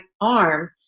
arm